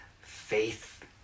faith